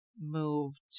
moved